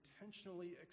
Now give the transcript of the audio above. intentionally